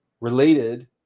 related